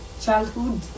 Childhood